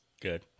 Good